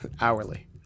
Hourly